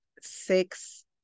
six